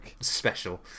special